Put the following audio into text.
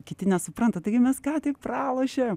kiti nesupranta taigi mes ką tik pralošė